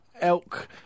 Elk